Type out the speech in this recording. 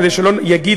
כדי שלא יאשים,